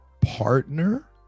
partner